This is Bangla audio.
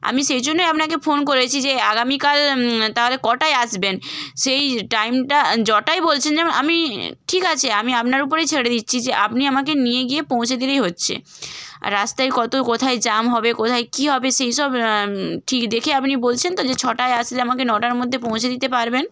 আমি সেজন্যেই আপনাকে ফোন করেছি যে আগামীকাল তাহলে কটায় আসবেন সেই টাইমটা যটায় বলছেন যেমন আমি ঠিক আছে আমি আপনার উপরেই ছেড়ে দিচ্ছি যে আপনি আমাকে নিয়ে গিয়ে পৌঁছে দিলেই হচ্ছে আর রাস্তায় কত কোথায় জ্যাম হবে কোথায় কী হবে সেই সব ঠিক দেখে আপনি বলছেন তো যে ছটায় আসলে আমাকে নটার মধ্যে পৌঁছে দিতে পারবেন